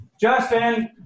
Justin